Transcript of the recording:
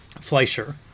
Fleischer